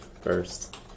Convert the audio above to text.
First